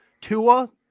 Tua